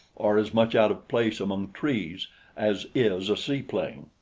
are as much out of place among trees as is a seaplane.